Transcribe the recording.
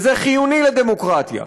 וזה חיוני לדמוקרטיה.